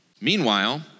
Meanwhile